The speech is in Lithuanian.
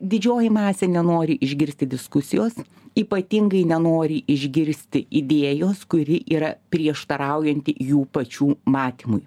didžioji masė nenori išgirsti diskusijos ypatingai nenori išgirsti idėjos kuri yra prieštaraujanti jų pačių matymui